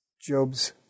Job's